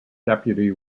deputy